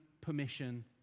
permission